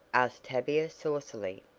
asked tavia saucily.